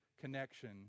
connection